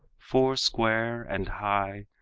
foursquare and high,